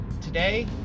today